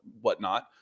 whatnot